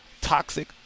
toxic